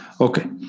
Okay